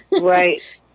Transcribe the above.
Right